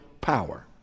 power